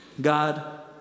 God